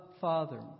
Father